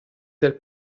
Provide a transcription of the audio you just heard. del